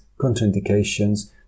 contraindications